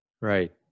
Right